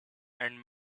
and